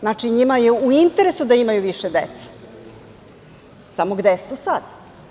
Znači, njima je u interesu da imaju više dece, samo gde su sada?